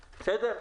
בסדר?